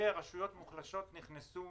ורשויות מוחלשות נכנסו